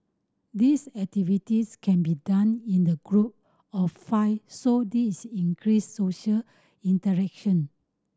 these activities can be done in the group of five so this increase social interaction